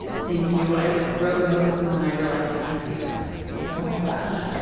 thank you. i wrote notes and then i realized i can't read them, because i don't have my glasses.